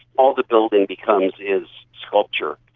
all the building becomes is sculpture.